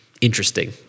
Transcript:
interesting